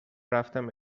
رفتم